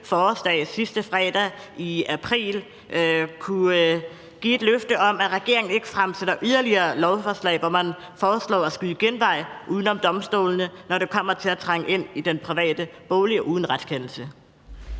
forårsdag, sidste fredag i april, kunne give et løfte om, at regeringen ikke fremsætter yderligere lovforslag, hvor man foreslår at skyde genvej uden om domstolene, når det kommer til at trænge ind i den private bolig uden retskendelse.